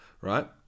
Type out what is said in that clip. right